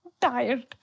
Tired